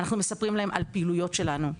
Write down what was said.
אנחנו מספרים להם על פעילויות שלנו,